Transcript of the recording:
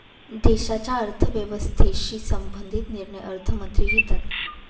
देशाच्या अर्थव्यवस्थेशी संबंधित निर्णय अर्थमंत्री घेतात